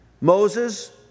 Moses